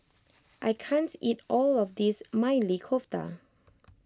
I can't eat all of this Maili Kofta